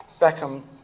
Beckham